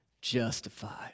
justified